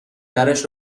درش